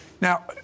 Now